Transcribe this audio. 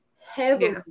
heavily